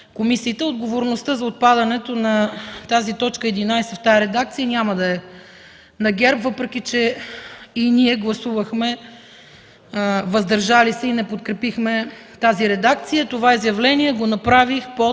комисиите. Отговорността за отпадането на т. 11 в тази редакция няма да е на ГЕРБ, въпреки че и ние гласувахме „въздържали се” и не подкрепихме тази редакция. Това изявление направих под